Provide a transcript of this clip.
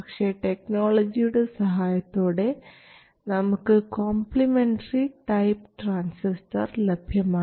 പക്ഷേ ടെക്നോളജിയുടെ സഹായത്തോടെ നമുക്ക് കോംപ്ലിമെൻററി ടൈപ്പ് ട്രാൻസിസ്റ്റർ ലഭ്യമാണ്